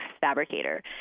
fabricator